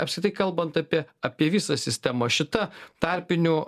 apskritai kalbant apie apie visą sistemą šita tarpinių